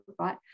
right